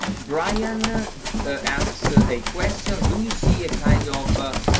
brian asks ah a question, do you see a kind of ah